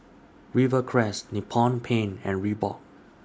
Rivercrest Nippon Paint and Reebok